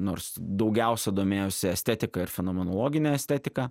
nors daugiausia domėjosi estetika ir fenomenologine estetika